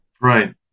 right